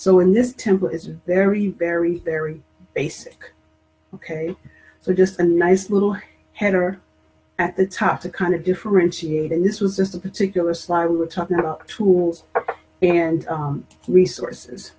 so in this temple is very very very basic ok so just a nice little header at the top to kind of differentiate and this was just a particular slide we're talking about tools and resources